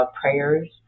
prayers